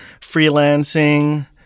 freelancing